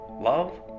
love